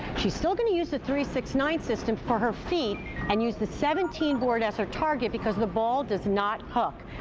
she is still going to use the three, six, nine system for her feet and use the seventeen board as her target because the ball does not hook.